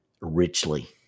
richly